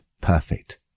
perfect